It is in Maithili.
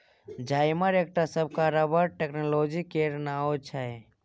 जाइमर एकटा नबका रबर टेक्नोलॉजी केर नाओ छै